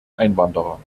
einwanderer